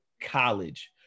College